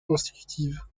consécutive